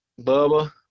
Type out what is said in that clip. Bubba